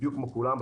בדיוק כמו כולם,